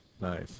Nice